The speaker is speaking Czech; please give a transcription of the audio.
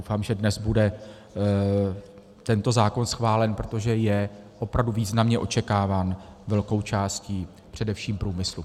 Doufám, že dnes bude tento zákon schválen, protože je opravdu významně očekáván velkou částí především průmyslu.